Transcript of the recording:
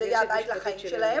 זה יהיה הבית לחיים שלהם,